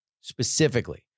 Specifically